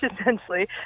essentially